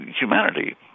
humanity